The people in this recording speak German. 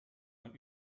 man